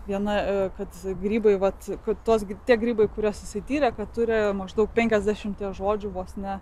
viena kad grybai vat kur tos gi tie grybai kuriuos jisai tyrė kad turėjo maždaug penkiasdešimties žodžių vos ne